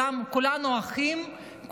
כולנו אחים,